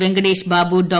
Venkatesh Babu Dr